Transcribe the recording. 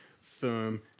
firm